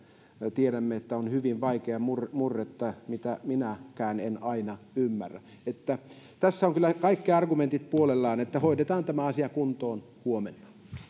tiedämme että siellä on hyvin vaikeaa murretta mitä minäkään en aina ymmärrä tämän puolella ovat kyllä kaikki argumentit eli hoidetaan tämä asia kuntoon huomenna